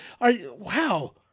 Wow